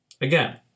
Again